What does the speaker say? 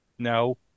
No